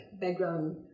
background